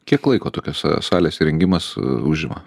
kiek laiko tokios salės įrengimas užima